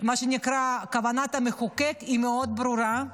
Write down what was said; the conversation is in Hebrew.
מה שנקרא, כוונת המחוקק היא מאוד ברורה,